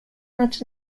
not